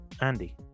Andy